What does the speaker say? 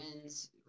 wins